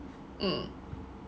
mm